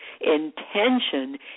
intention